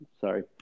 sorry